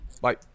bye